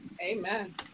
Amen